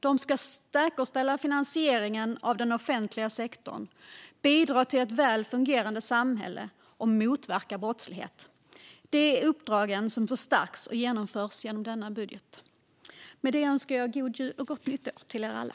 De ska säkerställa finansieringen av den offentliga sektorn, bidra till ett väl fungerande samhälle och motverka brottslighet. De uppdragen förstärks och genomförs genom denna budget. Med det önskar jag god jul och gott nytt år till er alla.